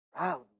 Wow